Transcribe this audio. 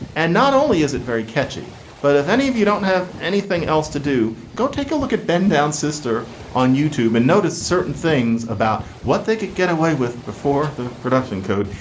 and not only is it very catchy but if any of you don't have anything else to do go take a look at bend down sister on youtube and notice certain things about what they could get away with before the production code.